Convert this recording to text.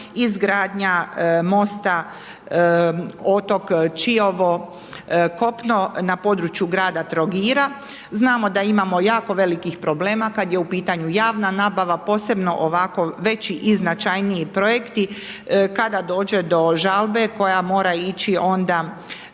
izgradnja mosta otok Čiovo kopno na području grada Trogira, znamo da imamo jako velikih problema kad je u pitanju javna nabava, posebno ovako veći i značajniji projekti, kada dođe do žalbe koja mora ići onda